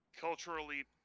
culturally